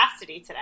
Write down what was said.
today